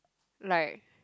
like